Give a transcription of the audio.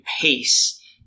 pace